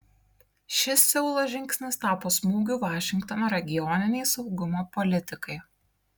šis seulo žingsnis tapo smūgiu vašingtono regioninei saugumo politikai